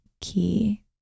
key